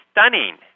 stunning